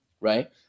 right